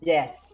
Yes